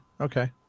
okay